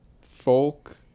folk